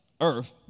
Earth